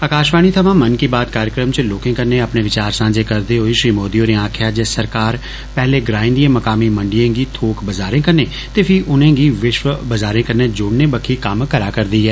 आकाषवाणी थमां मन की बात कार्यक्रम च लोकें कन्नै अपने विचार सांझे करदे होई श्री मोदी होरें आक्खेआ जे सरकार पैहलें ग्राएं दियें मकामी मंडियें गी थोक बाज़ारें कन्नै ते फी उनेंगी विष्व बाज़ारें कन्नै जोड़ने बक्खी कम्म करारदी ऐ